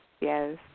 yes